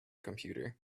computer